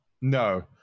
no